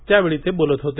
त्या वेळी ते बोलत होते